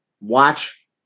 watch